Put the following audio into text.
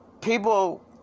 people